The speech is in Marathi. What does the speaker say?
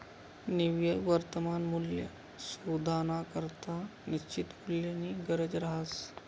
निव्वय वर्तमान मूल्य शोधानाकरता निश्चित मूल्यनी गरज रहास